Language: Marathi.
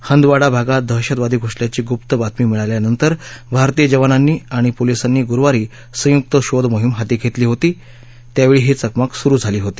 हंदवाडा भागात दहशतवादी घुसल्याची गुप्त बातमी मिळाल्यानंतर भारतीय जवानांनी आणि पोलीसांनी गुरुवारी संयुक्त शोधमोहीम हाती घस्त्री होती त्यावर्छी ही चकमक सुरु झाली होती